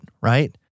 right